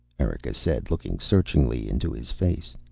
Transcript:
erika said, looking searchingly into his face.